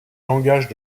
langages